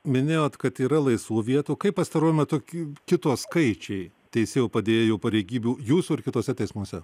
minėjot kad yra laisvų vietų kaip pastaruoju metu kito skaičiai teisėjų padėjėjų pareigybių jūsų ir kituose teismuose